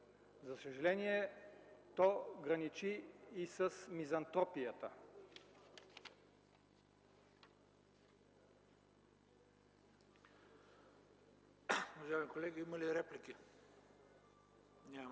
За съжаление, то граничи и с мизантропията.